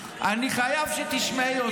אני חייב שתשמעי אותי.